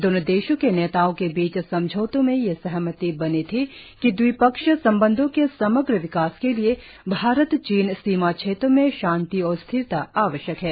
दोनों देशों के नेताओं के बीच समझौतों में यह सहमति बनी थी कि द्विपक्षीय संबंधों के समग्र विकास के लिए भारत चीन सीमा क्षेत्रों में शांति और स्थिरता आवश्यक है